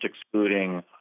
excluding